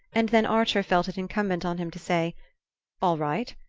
and then archer felt it incumbent on him to say all right.